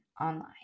online